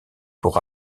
pour